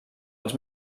als